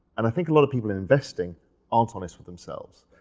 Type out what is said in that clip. and i think a lot of people in investing aren't honest with themselves.